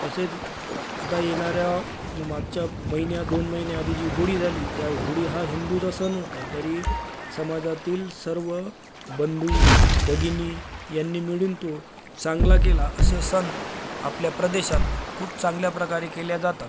तसेच आता येणाऱ्या मागच्या महिन्यात दोन महिने आधी जी होळी झाली त्या होळी हा हिंदूचा सण होता तरी समाजातील सर्व बंधू भगिनी यांनी मिळून तो चांगला केला असे सण आपल्या प्रदेशात खूप चांगल्या प्रकारे केल्या जातात